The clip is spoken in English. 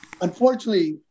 unfortunately